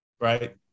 right